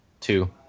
Two